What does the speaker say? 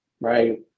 right